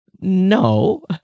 No